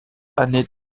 années